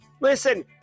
Listen